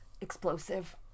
explosive